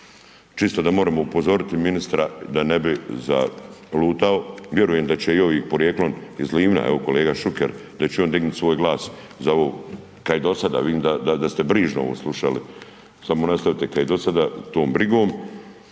Čisto da moremo upozoriti ministra da ne bi zalutao. Vjerujem da će i ovi porijeklom iz Livna, evo kolega Šuker, da će on dignuti svoj glas za ovo, kao i dosada, vidim da ste brižno ovo slušali, samo nastavite ka i dosada tom brigom,